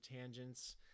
tangents